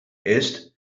ist